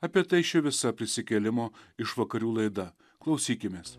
apie tai ši visa prisikėlimo išvakarių laida klausykimės